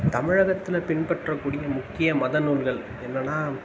தமிழகத்தில் பின்பற்றகூடிய முக்கிய மத நூல்கள் என்னென்னா